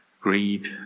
greed